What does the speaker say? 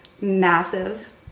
massive